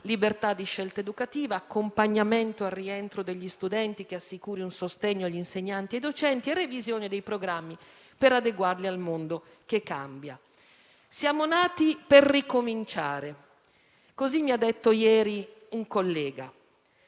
libertà di scelta educativa, accompagnamento al rientro degli studenti che assicuri un sostegno agli insegnanti e ai docenti, revisione dei programmi per adeguarli al mondo che cambia. Siamo nati per ricominciare. Così mi ha detto ieri un collega,